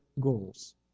goals